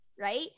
right